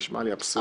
נשמע לי אבסורד.